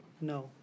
No